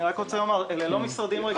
אלה לא משרדים רגילים.